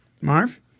Marv